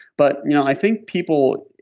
but you know i think people,